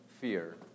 fear